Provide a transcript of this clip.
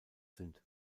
sind